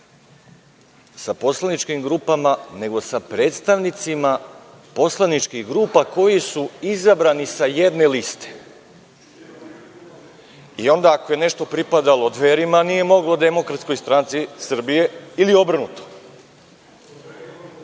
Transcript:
sa poslaničkim grupama, nego sa predstavnicima poslaničkih grupa koji su izabrani sa jedne liste i onda ako je nešto pripadalo Dverima, nije moglo DSS ili obrnuto. Mislim